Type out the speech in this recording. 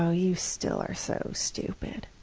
so you still are so stupid.